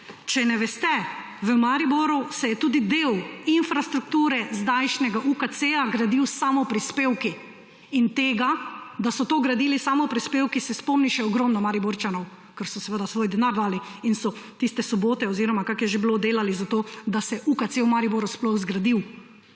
Če ne veste, v Mariboru se je tudi del infrastrukture zdajšnjega UKC gradil s samoprispevki. In tega, da so to gradili s samoprispevki, se spomni še ogromno Mariborčanov, ker so seveda svoj denar dali in so tiste sobote – oziroma kako je že bilo – delali, zato da se je UKC v Mariboru sploh zgradil.